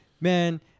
man